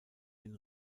den